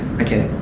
okay.